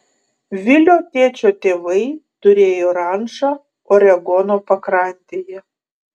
vilio tėčio tėvai turėjo rančą oregono pakrantėje